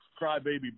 crybaby